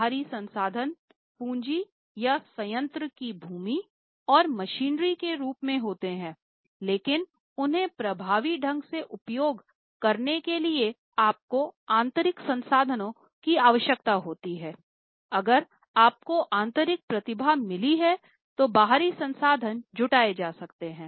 बाहरी संसाधन पूँजी या संयंत्र की भूमि और मशीनरी के रूप में होते हैं लेकिन उन्हें प्रभावी ढंग से उपयोग करने के लिए आपको आंतरिक संसाधनों की आवश्यकता होती है अगर आपको आंतरिक प्रतिभा मिली है तो बाहरी संसाधन जुटाए जा सकते हैं